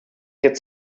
get